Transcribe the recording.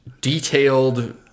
detailed